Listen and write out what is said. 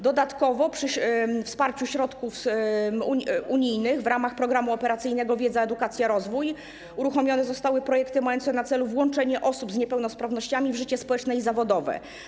Dodatkowo przy wsparciu środków unijnych w ramach Programu Operacyjnego „Wiedza, edukacja, rozwój” uruchomione zostały projekty mające na celu włączenie osób z niepełnosprawnościami w życie społeczne i zawodowe.